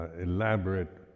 elaborate